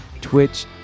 Twitch